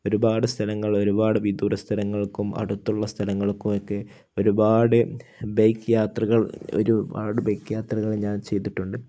ഒരുപാട് സ്ഥലങ്ങൾ ഒരുപാട് വിദൂര സ്ഥലങ്ങൾക്കും അടുത്തുള്ള സ്ഥലങ്ങൾക്കും ഒക്കെ ഒരുപാട് ബൈക്ക് യാത്രകൾ ഒരുപാട് ബൈക്ക് യാത്രകൾ ഞാൻ ചെയ്തിട്ടുണ്ട്